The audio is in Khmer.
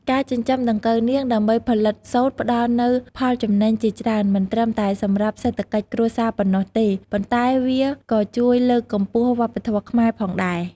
ការចិញ្ចឹមដង្កូវនាងដើម្បីផលិតសូត្រផ្ដល់នូវផលចំណេញជាច្រើន មិនត្រឹមតែសម្រាប់សេដ្ឋកិច្ចគ្រួសារប៉ុណ្ណោះទេ ប៉ុន្តែវាក៏ជួយលើកកម្ពស់វប្បធម៌ខ្មែរផងដែរ។